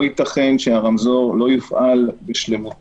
כי אם לא יקבלו את האוויר,